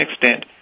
extent